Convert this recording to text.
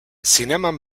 zineman